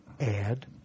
add